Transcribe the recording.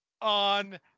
on